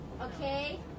okay